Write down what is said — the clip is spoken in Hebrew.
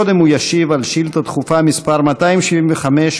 קודם הוא ישיב על שאילתה דחופה מס' 275,